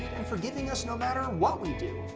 and forgiving us no matter what we do.